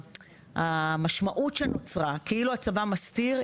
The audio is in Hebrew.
שהמשמעות שנוצרה כאילו הצבא מסתיר,